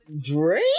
Drake